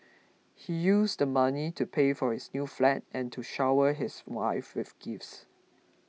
he used the money to pay for his new flat and to shower his wife with gifts